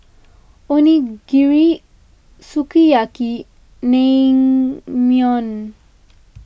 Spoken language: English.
Onigiri Sukiyaki and Naengmyeon